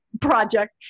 project